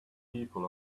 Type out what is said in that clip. people